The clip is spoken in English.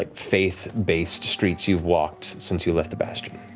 like faith-based streets you've walked since you left the bastion.